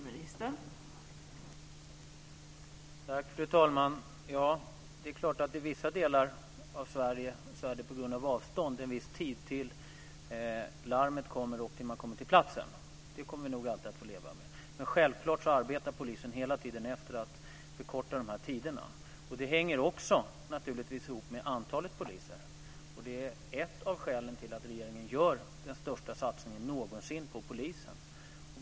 Fru talman! Ja, det är klart att det i vissa delar av Sverige på grund av avstånd tar en viss tid från det att ett larm kommer och till dess att man kommer till platsen. Det kommer vi nog att alltid få leva med. Men självklart arbetar polisen hela tiden efter linjen att förkorta de här tiderna. Detta hänger naturligtvis också ihop med antalet poliser. Det är ett av skälen till att regeringen nu gör den största satsningen någonsin på polisen.